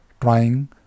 trying